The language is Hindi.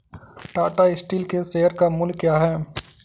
टाटा स्टील के शेयर का मूल्य क्या है?